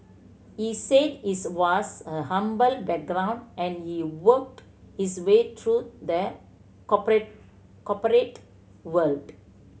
he said his was a humble background and he worked his way through the corporate world